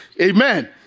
Amen